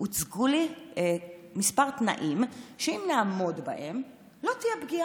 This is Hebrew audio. הוצגו לי כמה תנאים, שאם נעמוד בהם לא תהיה פגיעה.